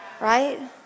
right